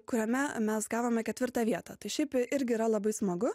kuriame mes gavome ketvirtą vietą tai šiaip irgi yra labai smagu